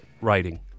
writing